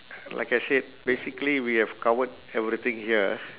like I said basically we have covered everything here ah